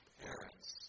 parents